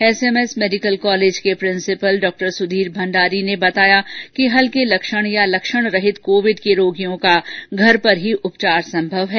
SMS medical college के principal डॉ सुधीर भंडारी ने बताया कि हल्के लक्षण या लक्षण रहित कोविड के रोगियों का घर पर ही उपचार सम्भव है